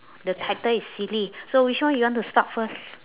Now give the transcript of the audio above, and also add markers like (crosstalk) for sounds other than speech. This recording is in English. the title is silly (breath) so which one you want to start first